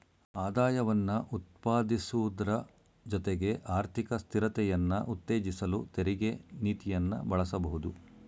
ಆದಾಯವನ್ನ ಉತ್ಪಾದಿಸುವುದ್ರ ಜೊತೆಗೆ ಆರ್ಥಿಕ ಸ್ಥಿರತೆಯನ್ನ ಉತ್ತೇಜಿಸಲು ತೆರಿಗೆ ನೀತಿಯನ್ನ ಬಳಸಬಹುದು